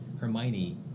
hermione